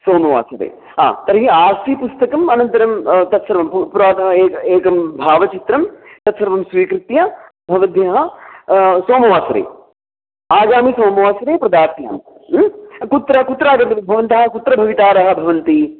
सोमवासरे हा तर्हि आर्सीपुस्तकम् अनन्तरं तत्सर्वं ह्म् पुरातनमेकम् एकं भावचित्रं तत्सर्वं स्वीकृत्य भवद्भ्यः सोमवासरे आगामि सोमवासरे प्रदास्यामि ह्म् कुत्र कुत्र आगन्तव्यं भवन्तः कुत्र भवितारः भवन्ति